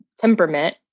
temperament